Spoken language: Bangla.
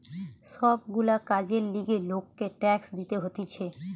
সব গুলা কাজের লিগে লোককে ট্যাক্স দিতে হতিছে